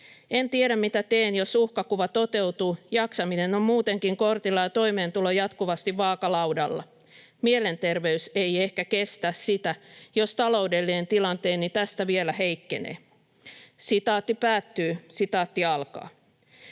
En tiedä, mitä teen, jos uhkakuva toteutuu. Jaksaminen on muutenkin kortilla ja toimeentulo jatkuvasti vaakalaudalla. Mielenterveys ei ehkä kestä sitä, jos taloudellinen tilanteeni tästä vielä heikkenee." "Mikäli se pienikin